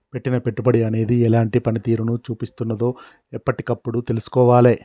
పెట్టిన పెట్టుబడి అనేది ఎలాంటి పనితీరును చూపిస్తున్నదో ఎప్పటికప్పుడు తెల్సుకోవాలే